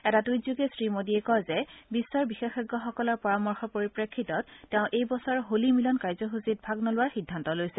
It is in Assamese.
এটা টুইটযোগে শ্ৰীমোদীয়ে কয় যে বিশ্বৰ বিশেষ্ঞসকলৰ পৰামৰ্শৰ পৰিপ্ৰেক্ষিতত তেওঁ এই বছৰ হোলী মিলন কাৰ্য্যসূচীত ভাগ নোলোৱাৰ সিদ্ধান্ত লৈছে